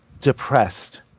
depressed